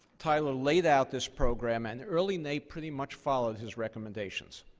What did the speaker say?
tyler laid out this program. and early naep pretty much followed his recommendations.